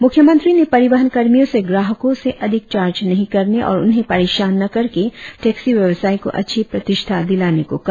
मुख्यमंत्री ने परिवहन कर्मियों से ग्राहकों से अधिक चार्ज नही करके और उन्हें परेशान न करके टेक्सी व्यवसाय को अच्छी प्रतिष्ठा देने को कहा